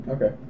Okay